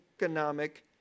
economic